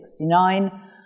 1969